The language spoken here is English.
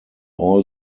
all